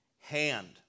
hand